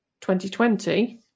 2020